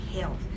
health